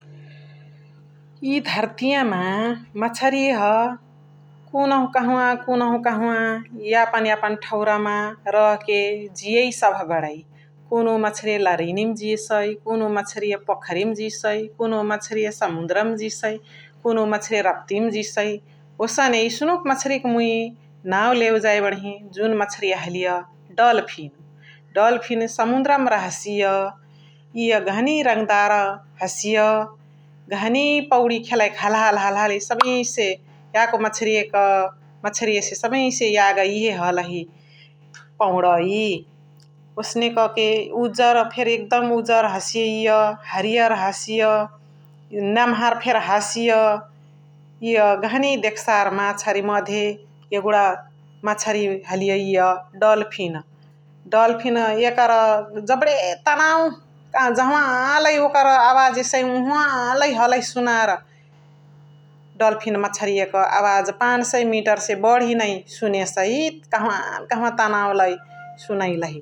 इ धर्तियमा मछरिह कुनहु कहवा कुनहु कहव, यापन यापन थउरामा रहके जियै सबह बडै । कुनुहु मछरिया लरिनिमा जियसै, कुनुहु मछरिया पोखरी मा जियसै, कुनुहु मछरिया समुन्द्रमा जियसै, कुनुहु मछरिया रप्ती मा जियसै ओसने यसनुक मछरी क मुई नाउ लेवे जाई बडही जुन मछरिया हलिय डल्फिन । डल्फिन समुन्द्रमा रहसिय । इय गहनी रङ्दार हसिय, गहनी पौडी खेलाईक हलहली